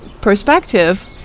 perspective